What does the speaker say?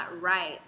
right